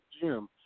Jim